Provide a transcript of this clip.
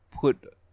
put